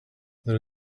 there